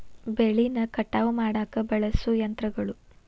ಬೆಳಿನ ಕಟಾವ ಮಾಡಾಕ ಬಳಸು ಯಂತ್ರಗಳು